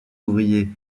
ouvriers